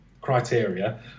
criteria